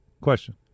Question